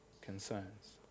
concerns